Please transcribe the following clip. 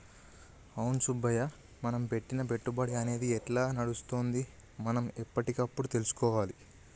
అవును సుబ్బయ్య మనం పెట్టిన పెట్టుబడి అనేది ఎట్లా నడుస్తుందో మనం ఎప్పటికప్పుడు తెలుసుకోవాలి